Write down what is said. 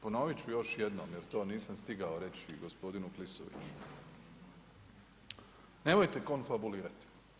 Ponovit ću još jednom jer to nisam stigao reći gospodinu Klisoviću, nemojte konfabulirati.